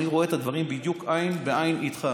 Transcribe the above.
ואני רואה את הדברים בדיוק עין בעין איתך,